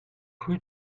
rue